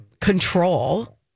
control